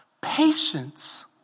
Patience